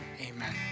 amen